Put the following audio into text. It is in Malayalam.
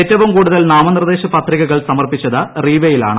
ഏറ്റവും കൂടുതൽ ്നാമനിർദ്ദേശ പത്രികകൾ സമർപ്പിച്ചത് റീവയിലാണ്